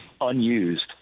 unused